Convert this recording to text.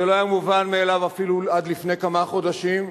זה לא היה מובן מאליו אפילו עד לפני כמה חודשים.